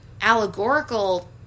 allegorical